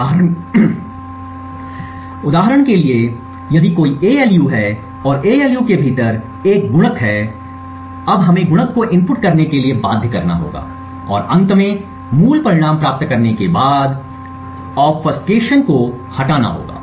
उदाहरण के लिए यदि कोई ALU है और ALU के भीतर एक गुणक है अब हमें गुणक को इनपुट करने के लिए बाध्य करना होगा और अंत में मूल परिणाम प्राप्त करने के बाद ऑबफ्यूजेशन को हटाना होगा